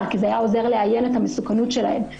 כי זה היה עוזר לאיין את המסוכנות שלהם.